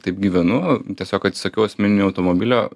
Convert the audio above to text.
taip gyvenu tiesiog atsisakiau asmeninio automobilio